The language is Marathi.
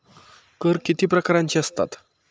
कर किती प्रकारांचे असतात?